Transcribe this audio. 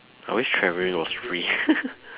I wish travelling was free